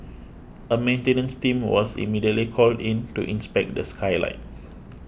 a maintenance team was immediately called in to inspect the skylight